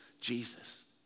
Jesus